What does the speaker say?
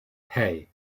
hey